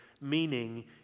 meaning